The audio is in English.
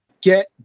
Get